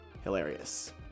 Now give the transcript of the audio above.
Hilarious